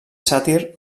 sàtir